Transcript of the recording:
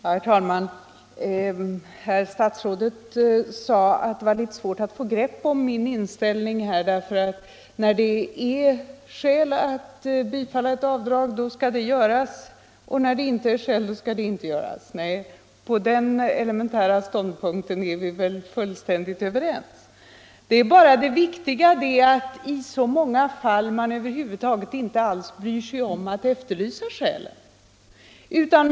Herr talman! Herr statsrådet sade att det var litet svårt att få grepp om min inställning, därför att när det finns skäl att godkänna ett avdrag skall man göra det, och när det inte finns skäl skall man inte göra det. Den elementära ståndpunkten är vi fullständigt överens om. Det viktiga är emellertid att man i så många fall inte alls bryr sig om att efterlysa skälen.